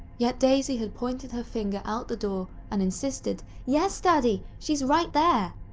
yet, daisy had pointed her finger out the door and insisted, yes daddy, shes right there!